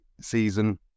season